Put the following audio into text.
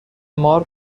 مار